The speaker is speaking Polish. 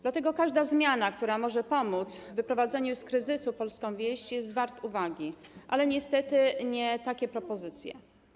Dlatego każda zmiana, która może pomóc w wyprowadzeniu z kryzysu polskiej wsi, jest warta uwagi, ale niestety nie takie propozycje.